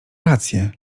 rację